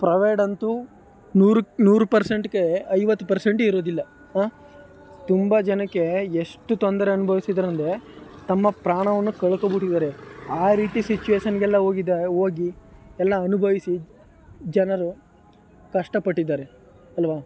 provide ಅಂತೂ ನೂರಕ್ಕೆ ನೂರು ಪರ್ಸೆಂಟ್ಗೆ ಐವತ್ತು ಪರ್ಸೆಂಟ್ ಇರುವುದಿಲ್ಲ ತುಂಬ ಜನಕ್ಕೆ ಎಷ್ಟು ತೊಂದರೆ ಅನುಭವಿಸಿದ್ದಾರೆ ಅಂದರೆ ತಮ್ಮ ಪ್ರಾಣವನ್ನು ಕಳ್ಕೊಂಡ್ಬಿಟ್ಟಿದ್ದಾರೆ ಆ ರೀತಿ ಸಿಚುವೇಶನ್ಗೆಲ್ಲ ಹೋಗಿದೆ ಹೋಗಿ ಎಲ್ಲ ಅನುಭವಿಸಿ ಜನರು ಕಷ್ಟ ಪಟ್ಟಿದ್ದಾರೆ ಅಲ್ವ